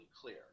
clear